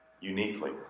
uniquely